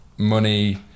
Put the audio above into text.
money